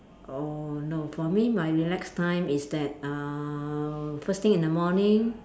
oh no for me my relax time is that uh first thing in the morning